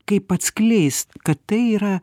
kaip atskleist kad tai yra